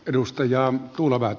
arvoisa puhemies